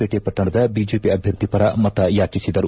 ಪೇಟೆ ಪಟ್ಟಣದ ಬಿಜೆಪಿ ಅಭ್ಯರ್ಥಿ ಪರ ಮತಯಾಚಿಸಿದರು